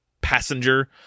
passenger